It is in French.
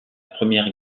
première